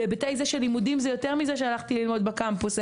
בהיבט הזה שלימודים זה יותר מזה שהלכתי ללמוד בקמפוס,